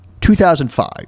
2005